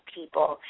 people